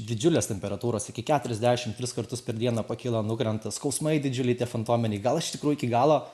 didžiulės temperatūros iki keturiasdešim tris kartus per dieną pakyla nukrenta skausmai didžiuliai tie fantominiai gal iš tikrųjų iki galo